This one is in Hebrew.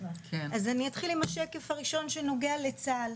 אז אני אתחיל עם השקף הראשון שנוגע לצה"ל.